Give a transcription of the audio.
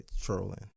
trolling